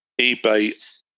eBay